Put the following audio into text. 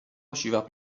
usciva